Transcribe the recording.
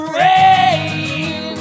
rain